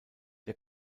der